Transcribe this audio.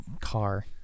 car